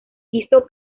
hizo